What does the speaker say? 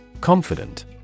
Confident